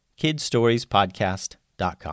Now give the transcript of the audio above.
kidsstoriespodcast.com